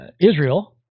Israel